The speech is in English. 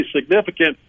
significant